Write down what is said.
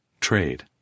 Trade